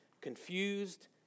confused